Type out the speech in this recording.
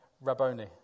Rabboni